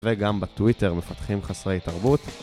וגם בטוויטר, מפתחים חסרי תרבות.